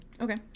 Okay